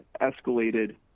escalated